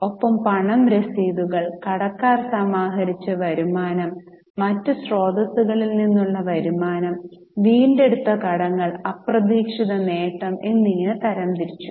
ഒപ്പം പണം രസീതുകൾ കടക്കാർ സമാഹരിച്ച വരുമാനം മറ്റ് സ്രോതസ്സുകളിൽ നിന്നുള്ള വരുമാനം വീണ്ടെടുത്ത കടങ്ങൾ അപ്രതീക്ഷിത നേട്ടം എന്നിങ്ങനെ തരം തിരിച്ചു